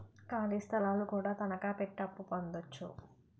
ఖాళీ స్థలాలు కూడా తనకాపెట్టి అప్పు పొందొచ్చు